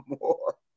more